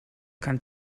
kann